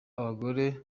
abagore